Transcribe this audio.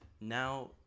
now